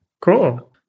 Cool